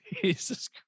Jesus